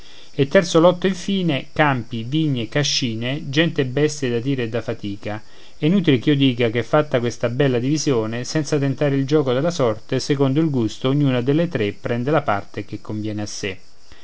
e terzo lotto infine campi vigne cascine gente e bestie da tiro e da fatica e inutile ch'io dica che fatta questa bella divisione senza tentare il gioco della sorte secondo il gusto ognuna delle tre prende la parte che conviene a sé